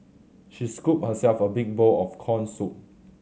she scooped herself a big bowl of corn soup